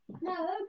No